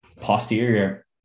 posterior